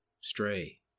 Stray